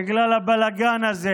בגלל הבלגן הזה